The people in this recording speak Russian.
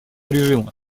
режима